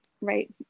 right